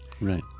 right